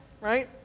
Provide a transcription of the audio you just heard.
Right